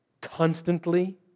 constantly